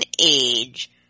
age